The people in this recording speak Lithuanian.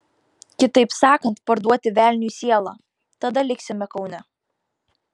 kitaip sakant parduoti velniui sielą tada liksime kaune